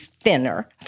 thinner